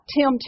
Tim